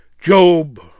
Job